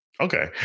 Okay